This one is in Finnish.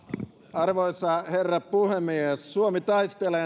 arvoisa herra puhemies suomi taistelee